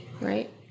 right